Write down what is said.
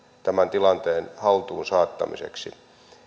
tämän tilanteen haltuun saattamiseksi